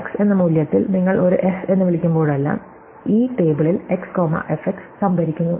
X എന്ന മൂല്യത്തിൽ നിങ്ങൾ ഒരു f എന്ന് വിളിക്കുമ്പോഴെല്ലാം ഈ ടേബിളിൽ x കോമ f x സംഭരിക്കുന്നു